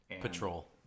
Patrol